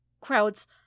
crowds